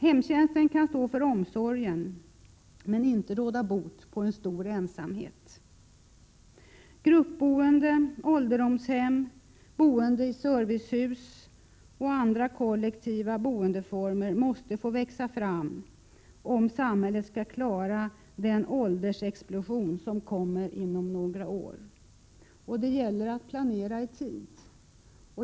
Hemtjänsten kan stå för omsorgen, men inte råda bot på en stor ensamhet. Gruppboende, 15 ålderdomshem, boende i servicehus och andra kollektiva boendeformer måste få växa fram om samhället skall klara den åldersexplosion som kommer inom några år. Det gäller att planera i tid.